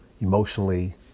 emotionally